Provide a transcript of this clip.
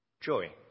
joy